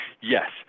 yes